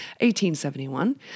1871